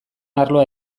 arloa